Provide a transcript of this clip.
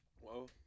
Whoa